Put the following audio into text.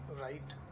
right